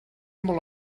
molt